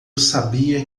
sabia